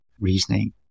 reasoning